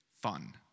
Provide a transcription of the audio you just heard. fun